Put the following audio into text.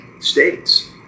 states